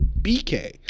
BK